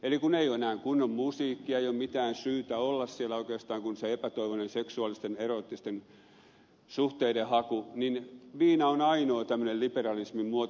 eli kun ei ole enää kunnon musiikkia ei ole mitään syytä olla siellä oikeastaan kuin se epätoivoinen seksuaalisten eroottisten suhteiden haku niin viina on ainoa tämmöinen liberalismin muoto